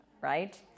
right